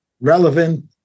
relevant